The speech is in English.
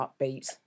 upbeat